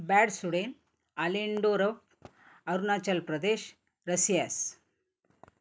बॅडसुडेन आलेंडोरव अरुणाचल प्रदेश रसियास